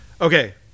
Okay